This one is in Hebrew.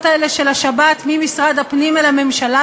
האלה של השבת ממשרד הפנים אל הממשלה,